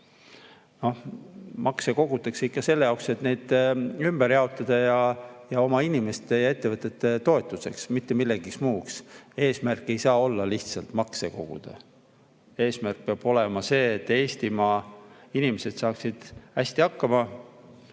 Makse kogutakse ikka selle jaoks, et neid ümber jaotada, ja oma inimeste ja ettevõtete toetuseks, mitte millekski muuks. Eesmärk ei saa olla lihtsalt makse koguda. Eesmärk peab olema see, et Eestimaa inimesed saaksid hästi hakkama.